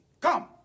Come